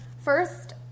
first